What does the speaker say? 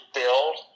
build